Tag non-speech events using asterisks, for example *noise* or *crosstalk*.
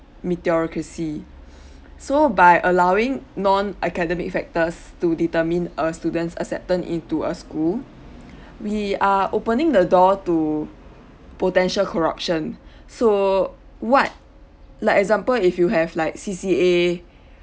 meritocracy *breath* so by allowing non academic factors to determine a student's acceptance into a school *breath* we are opening the door to potential corruption *breath* so what like example if you have like C_C_A